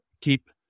keep